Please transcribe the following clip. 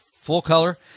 full-color